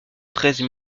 treize